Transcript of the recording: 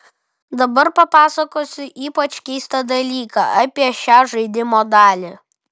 dabar papasakosiu ypač keistą dalyką apie šią žaidimo dalį